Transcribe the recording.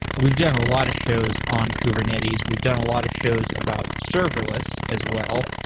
we've done a lot of shows on kubernetes. we've done a lot of shows about serverless as well,